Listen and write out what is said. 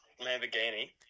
Lamborghini